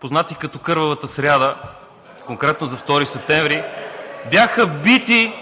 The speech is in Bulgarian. познати като кървавата сряда – конкретно за 2 септември, бяха бити,